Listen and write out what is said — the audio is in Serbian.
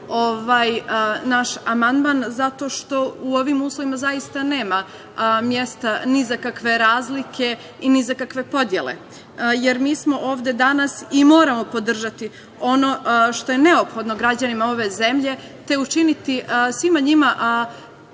naš amandman zato što u ovim uslovima zaista nema mesta ni za kakve razlike i ni za kakve podele. Mi smo ovde danas i moramo podržati ono što je neophodno građanima ove zemlje, te učiniti svima njima